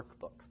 workbook